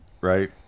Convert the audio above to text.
right